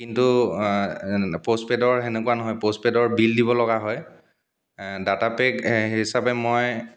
কিন্তু প'ষ্টপে'ডৰ সেনেকুৱা নহয় প'ষ্টপে'ডৰ বিল দিবলগা হয় ডাটা পেক হিচাপে মই